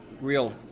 real